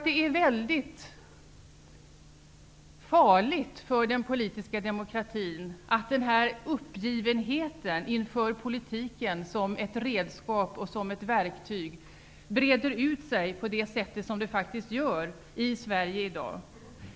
Det är mycket farligt för den politiska demokratin att uppgivenheten inför politiken som ett verktyg breder ut sig på det sätt som den gör i Sverige i dag.